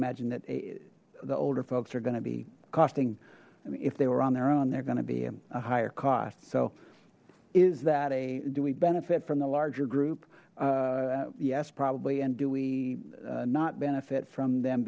imagine that the older folks are going to be costing i mean if they were on their own they're going to be a higher cost so is that a do we benefit from the larger group yes probably and do we not benefit from them